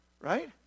right